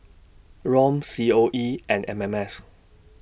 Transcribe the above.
Rom C O E and M M S